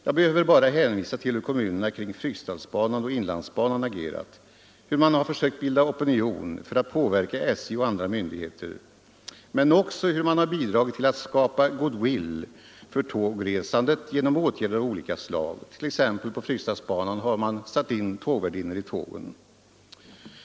Jag behöver bara hänvisa till hur kommunerna kring Fryksdalsbanan och inlandsbanan agerat —- hur man har försökt bilda opinion för att påverka SJ och andra myndigheter men också hur man bidragit till att skapa goodwill för tågresandet genom åtgärder av olika slag. På Frykdalsbanan har man t.ex. satt in tågvärdinnor på tågen.